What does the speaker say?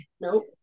Nope